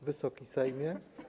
Wysoki Sejmie!